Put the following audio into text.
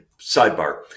Sidebar